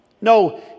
No